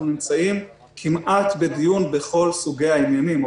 נמצאים בדיון כמעט בכל סוגי העניינים.